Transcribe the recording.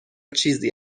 چیزی